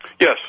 Yes